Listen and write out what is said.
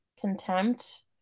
contempt